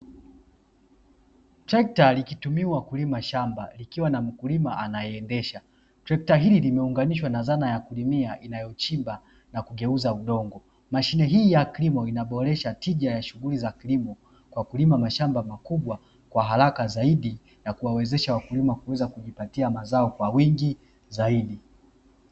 Trekta likitumiwa kulima shamba likiwa na mkulima anayeendesha, trekta hili limeunganishwa na zana ya kulimia inayochimba na kugeuza udongo. Mashine hii ya kilimo inaboresha tija ya shughuli za kilimo, kwa kulima mashamba makubwa kwa haraka zaidi na kuwawezesha wakulima kuweza kujipatia mazao kwa wingi zaidi.